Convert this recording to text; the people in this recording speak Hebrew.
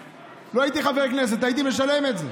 לא הייתי חבר כנסת, הייתי משלם את זה.